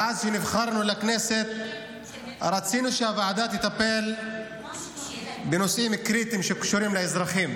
מאז שנבחרנו לכנסת רצינו שהוועדה תטפל בנושאים קריטיים שקשורים לאזרחים.